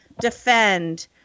defend